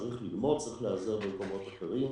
צריך ללמוד וצריך להיעזר במקומות אחרים.